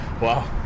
wow